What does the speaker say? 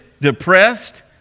depressed